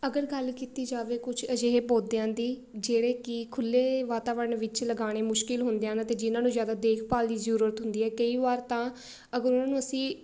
ਅਗਰ ਗੱਲ ਕੀਤੀ ਜਾਵੇ ਕੁਛ ਅਜਿਹੇ ਪੌਦਿਆਂ ਦੀ ਜਿਹੜੇ ਕਿ ਖੁੱਲੇ ਵਾਤਾਵਰਣ ਵਿੱਚ ਲਗਾਉਣੇ ਮੁਸ਼ਕਿਲ ਹੁੰਦੇ ਹਨ ਅਤੇ ਜਿਨ੍ਹਾਂ ਨੂੰ ਜ਼ਿਆਦਾ ਦੇਖਭਾਲ ਦੀ ਜ਼ਰੂਰਤ ਹੁੰਦੀ ਆ ਕਈ ਵਾਰ ਤਾਂ ਅਗਰ ਉਹਨਾਂ ਨੂੰ ਅਸੀਂ